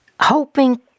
Hoping